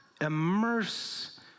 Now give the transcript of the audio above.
Immerse